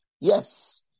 yes